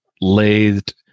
lathed